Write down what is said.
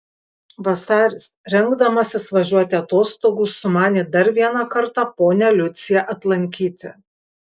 vasaris rengdamasis važiuoti atostogų sumanė dar vieną kartą ponią liuciją atlankyti